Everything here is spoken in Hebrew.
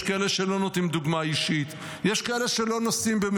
יש כאלה שלא נותנים דוגמה אישית,